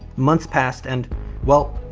months passed and well,